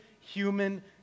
human